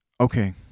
okay